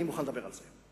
אני מוכן לדבר על זה.